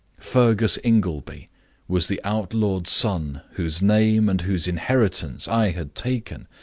fergus ingleby was the outlawed son whose name and whose inheritance i had taken.